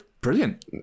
brilliant